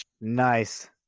Nice